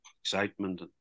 excitement